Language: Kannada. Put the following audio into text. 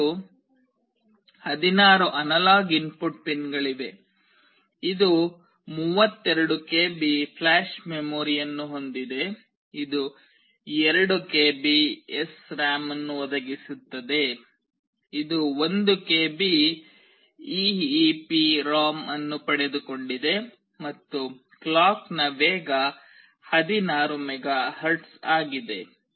ಮತ್ತು 16 ಅನಲಾಗ್ ಇನ್ಪುಟ್ ಪಿನ್ಗಳಿವೆ ಇದು 32 ಕೆಬಿಯ ಫ್ಲ್ಯಾಷ್ ಮೆಮೊರಿಯನ್ನು ಹೊಂದಿದೆ ಇದು 2 ಕೆಬಿಯ ಎಸ್ಆರ್ಎಎಂ ಅನ್ನು ಒದಗಿಸುತ್ತದೆ ಇದು 1 ಕೆಬಿಯ ಇಇಪ್ರೋಮ್ ಅನ್ನು ಪಡೆದುಕೊಂಡಿದೆ ಮತ್ತು ಕ್ಲಾಕ್ನ ವೇಗ 16 ಮೆಗಾಹರ್ಟ್ಜ್ ಆಗಿದೆ